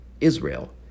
Israel